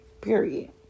period